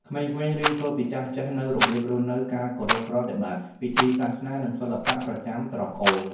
ក្មេងៗរៀនសូត្រពីចាស់ៗនូវរបៀបរស់នៅ ការគោរពប្រតិបត្តិ ពិធីសាសនា និងសិល្បៈប្រចាំត្រកូល។